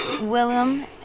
Willem